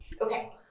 Okay